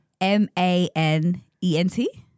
M-A-N-E-N-T